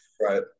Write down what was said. Right